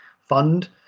fund